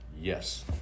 Yes